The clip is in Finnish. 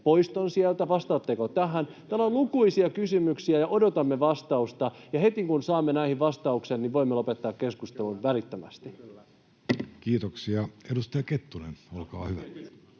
poiston sieltä. Vastaatteko tähän? Täällä on lukuisia kysymyksiä, ja odotamme vastausta. Heti kun saamme näihin vastauksen, voimme lopettaa keskustelun välittömästi. [Kimmo Kiljunen: Kyllä!]